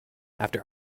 after